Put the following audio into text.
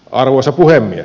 arvoisa puhemies